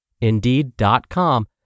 Indeed.com